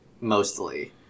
mostly